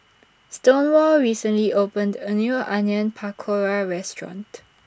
Stonewall recently opened A New Onion Pakora Restaurant